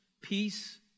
peace